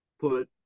put